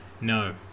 No